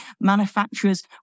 manufacturers